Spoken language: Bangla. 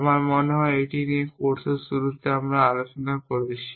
আমার মনে হয় আমরা এটি নিয়ে কোর্সের শুরুতে আলোচনা করেছি